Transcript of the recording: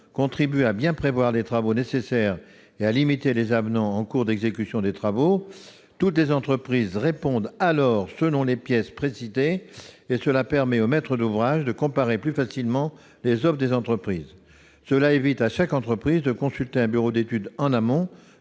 contribue à bien prévoir les travaux nécessaires et à limiter les avenants en cours d'exécution des travaux. Toutes les entreprises répondent alors selon les pièces précitées. Cela permet au maître d'ouvrage de comparer plus facilement les offres des entreprises. Cela évite à chaque entreprise de consulter un bureau d'études en amont,